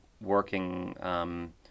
working